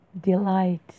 delight